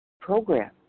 program